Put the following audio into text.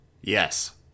Yes